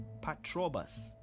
Patrobas